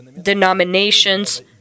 denominations